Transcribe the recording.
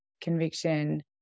conviction